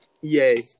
Yay